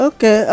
Okay